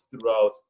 throughout